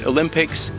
Olympics